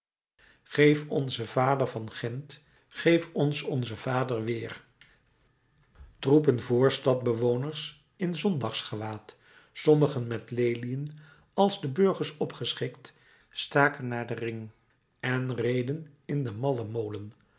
geef ons onzen vader van gent geef ons onzen vader weer troepen voorstad bewoners in zondagsgewaad sommigen met leliën als de burgers opgeschikt staken naar den ring en reden in den mallemolen